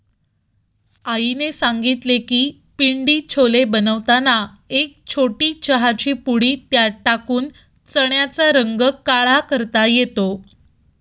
आईने सांगितले की पिंडी छोले बनवताना एक छोटी चहाची पुडी त्यात टाकून चण्याचा रंग काळा करता येतो